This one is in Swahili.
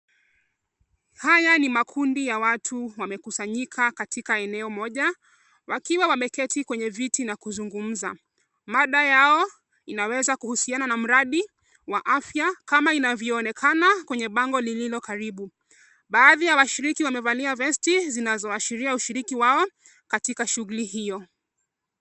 Haya ni makundi ya watu wamekusanyika katika eneo moja wakiwa wameketi kwenye viti wakizungumza, mada yao inaweza kuhusiana na mradi wa afya, kama linavyonekana kwenye bango lililokaribu. Baadhi ya washiriki wamevalia vesti zinazoashiria ushiriki wao katika shugli hio.